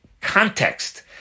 context